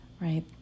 right